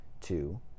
Two